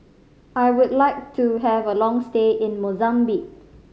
I would like to have a long stay in Mozambique